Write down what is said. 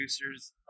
producers